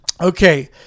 Okay